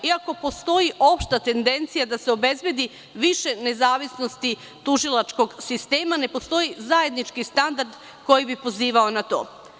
Iako postoji opšta tendencija da se obezbedi više nezavisnosti tužilačkog sistema, ne postoji zajednički standard koji bi pozivao na to.